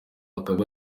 akaba